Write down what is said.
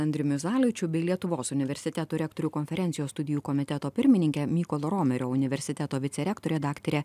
andriumi zaličiu bei lietuvos universitetų rektorių konferencijos studijų komiteto pirmininke mykolo romerio universiteto vicerektore daktare